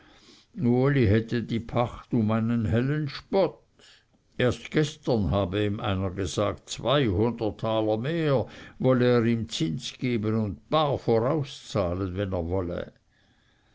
hätte die pacht um einen hellen spott erst gestern habe ihm einer gesagt zweihundert taler mehr wolle er ihm zins geben und bar vorauszahlen wenn er wolle